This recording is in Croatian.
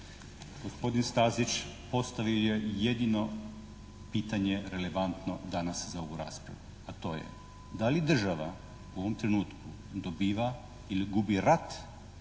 Gospodin Stazić postavio je jedino pitanje relevantno danas za ovu raspravu, a to je, da li država u ovom trenutku dobiva ili gubi rat